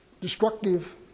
Destructive